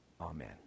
Amen